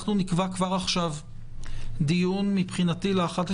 אנחנו נקבע כבר עכשיו דיון ל-11.7.